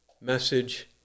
message